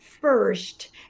first